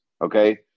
Okay